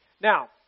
Now